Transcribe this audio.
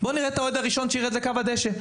בואו נראה את האוהד הראשון שירד לקו הדשא.